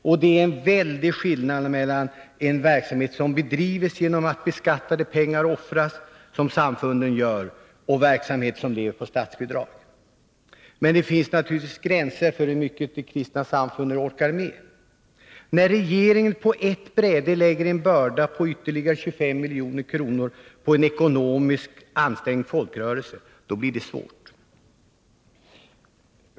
Och det är en väldig skillnad mellan den verksamhet som bedrivs genom att beskattade pengar offras — alltså en sådan verksamhet som samfunden har — och verksamhet som lever på statsbidrag. Men det finns naturligtvis gränser för hur mycket de kristna samfunden orkar med. När regeringen på ett bräde lägger en börda på ytterligare 25 milj.kr. på en ekonomiskt ansträngd folkrörelse blir det svårt.